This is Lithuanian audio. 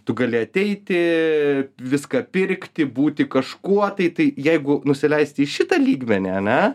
tu gali ateiti viską pirkti būti kažkuo tai tai jeigu nusileisti į šitą lygmenį ane